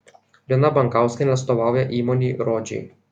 lina bankauskienė atstovauja įmonei rodžiai